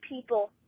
people